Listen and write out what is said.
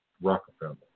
Rockefeller